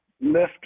lift